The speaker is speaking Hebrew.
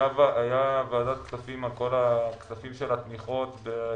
הייתה ועדת כספים על כל הכספים של התמיכות,